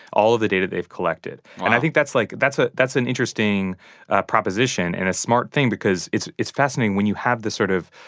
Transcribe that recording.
all of the data they've collected. and i think that's like that's a that's an interesting proposition and a smart thing because it's it's fascinating when you have this sort of